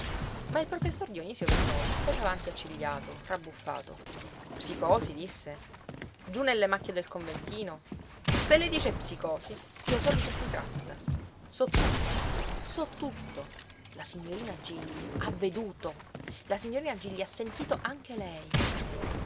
ma il professor dionisio vernoni si fece avanti accigliato rabbuffato psicosi disse giú nelle macchie del conventino se lei dice psicosi io so di che si tratta so tutto so tutto la signorina gilli ha veduto la signorina gilli ha sentito anche lei